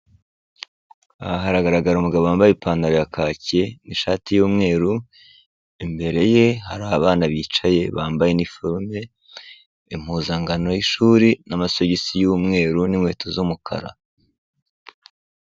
Aha haragaragara umugabo wambaye ipantaro ya kaki n'ishati y'umweru, imbere ye hari abana bicaye bambaye iniforume impuzangano y'ishuri n'amasogisi y'umweru n'inkweto z'umukara.